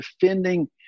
defending